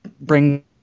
bring